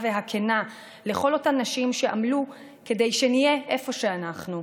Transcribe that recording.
והכנה לכל אותן נשים שעמלו כדי שנהיה איפה שאנחנו,